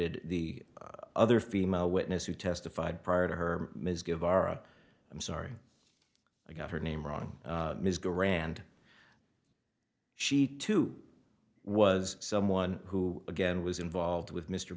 d the other female witness who testified prior to her ms give our oh i'm sorry i got her name wrong ms grand she too was someone who again was involved with mr